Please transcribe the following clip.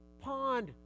pond